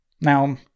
Now